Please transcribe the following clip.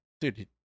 dude